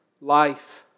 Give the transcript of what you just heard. life